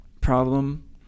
problem